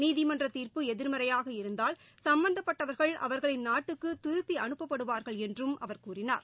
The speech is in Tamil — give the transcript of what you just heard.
நீதிமன்ற தீர்ப்பு எதிர்மறையாக இருந்தால் சும்பந்தப்பட்டவர்கள் அவர்களின் நாட்டுக்கு திருப்பி அனுப்பப்படுவார்கள் என்றும் அவர் கூறினார்